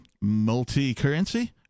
multi-currency